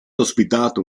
ospitato